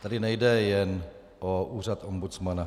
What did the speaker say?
Tady nejde jen o úřad ombudsmana.